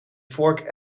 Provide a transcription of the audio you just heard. vork